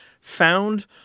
found